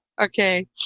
okay